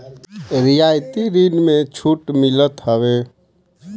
रियायती ऋण में छूट मिलत हवे